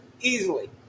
easily